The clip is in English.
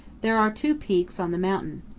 there are two peaks on the mountain.